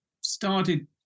started